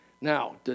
Now